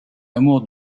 amour